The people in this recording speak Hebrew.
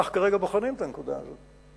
אנחנו כרגע בוחנים את הנקודה הזאת.